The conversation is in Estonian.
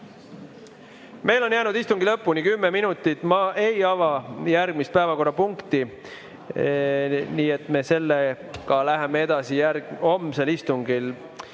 Meil on jäänud istungi lõpuni kümme minutit. Ma ei ava järgmist päevakorrapunkti. Nii et me läheme sellega edasi homsel istungil.